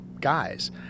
guys